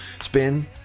Spin